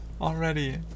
Already